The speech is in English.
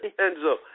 Enzo